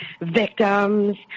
victims